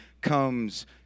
comes